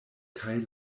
kaj